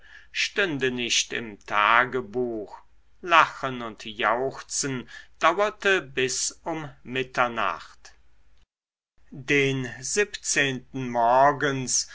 stünde nicht im tagebuche lachen und jauchzen dauerte bis um mitternacht den morgens